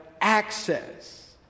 access